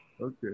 Okay